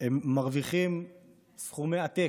מרוויחים סכומי עתק,